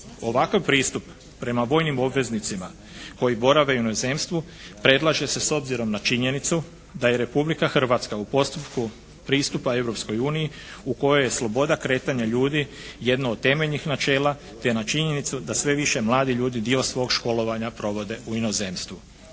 Ovakav pristup prema vojnim obveznicima koji borave u inozemstvu predlaže se s obzirom na činjenicu da je Republika Hrvatska u postupku pristupa Europskoj uniji u kojoj je sloboda kretanja ljudi jedno od temeljnih načela, te na činjenicu da sve više mladih ljudi dio svog školovanja provode u inozemstvu.